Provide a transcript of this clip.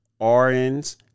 RNs